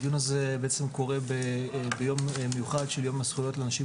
הדיון הזה בעצם קורה ביום מיוחד של יום הזכויות לאנשים